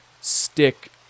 stick